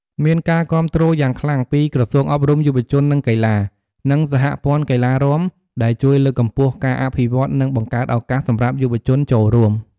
មានការគាំទ្រយ៉ាងខ្លាំងពីក្រសួងអប់រំ យុវជន និងកីឡា និងសហព័ន្ធកីឡារាំ ដែលជួយលើកកម្ពស់ការអភិវឌ្ឍន៍ និងបង្កើតឱកាសសម្រាប់យុវជនចូលរួម។